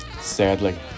Sadly